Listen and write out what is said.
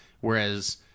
Whereas